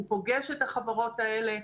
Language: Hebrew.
הוא פוגש את החברות האלה.